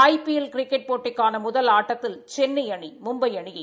ஐ P L cricket போட்டியின் முதல் ஆட்டத்தில் சென்னை அணி மும்பை அணியை